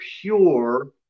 pure